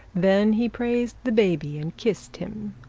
then he praised the baby and kissed him,